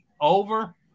over